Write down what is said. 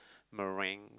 meringue